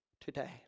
today